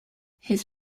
his